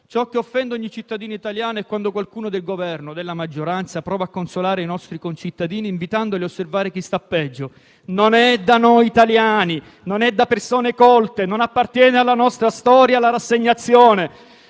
Ciò che offende ogni cittadino italiano è quando qualcuno del Governo o della maggioranza prova a consolarlo, invitandolo ad osservare chi sta peggio. Non è da noi italiani, non è da persone colte e non appartiene alla nostra storia, la rassegnazione.